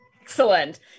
Excellent